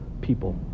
people